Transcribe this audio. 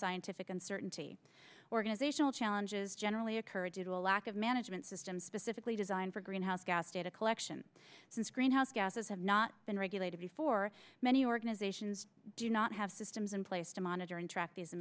scientific uncertainty organizational challenges generally occur due to a lack of management systems specifically designed for greenhouse gas data collection since greenhouse gases have not been regulated before many organizations do not have systems in place to monitor and